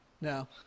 No